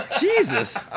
Jesus